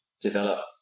develop